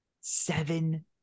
Seven